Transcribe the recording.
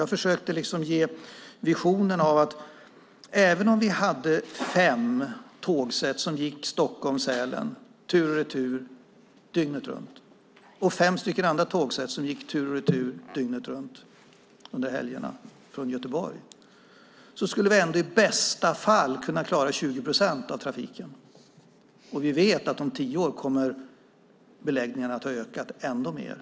Jag försökte ge visionen att även om vi hade fem tågsätt som gick Stockholm-Sälen tur och retur dygnet runt och fem andra tågsätt som gick tur och retur dygnet runt under helgerna från Göteborg skulle vi i bästa fall kunna klara 20 procent av trafiken. Vi vet att om tio år kommer beläggningen att ha ökat ännu mer.